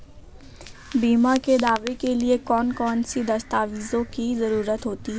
बीमा के दावे के लिए कौन कौन सी दस्तावेजों की जरूरत होती है?